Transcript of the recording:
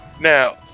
Now